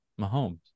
Mahomes